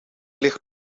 ligt